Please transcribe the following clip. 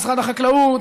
משרד החקלאות,